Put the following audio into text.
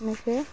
এনেকে